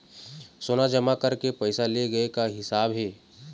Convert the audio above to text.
सोना जमा करके पैसा ले गए का हिसाब हे?